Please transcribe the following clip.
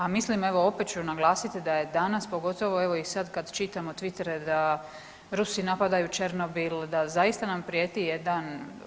A mislim, evo opet ću naglasiti da je danas pogotovo evo i sad kad čitamo Twitere da Rusi napadaju Černobil da zaista nam prijeti jedan.